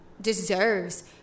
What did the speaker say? deserves